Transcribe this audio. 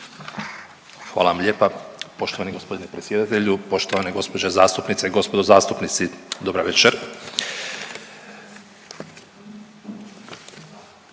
Hvala vam lijepa. Poštovani g. predsjedatelju, poštovane gospođe zastupnice i gospodo zastupnici. Dobra večer.